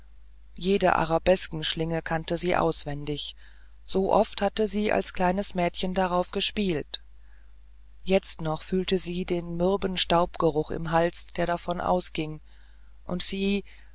jede arabeskenschlinge kannte sie auswendig so oft hatte sie als kleines mädchen darauf gespielt jetzt noch fühlte sie den mürben staubgeruch im hals der davon ausging und sie